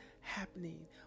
happening